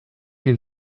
hil